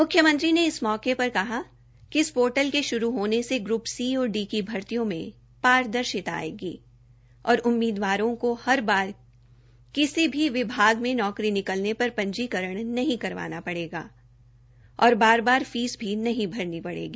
मुख्यमंत्री ने इस मौके पर कहा कि इस पोर्टल के शुरू होने से ग्रप सी और डी की भर्तियों में पारदर्शिता आयेगी और उम्मीदवारों को हर बार किसी भी विभाग में नौकरी निकलने पर पंजीकरण नहीं करवाना पड़ेगा और बार बार फीस भी नहीं भरनी पडेगी